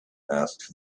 asked